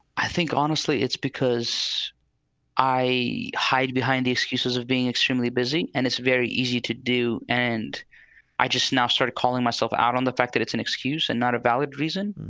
i think, honestly, it's because i hide behind excuses of being extremely busy and it's very easy to do, and i just now start calling myself out on the fact that it's an excuse and not a valid reason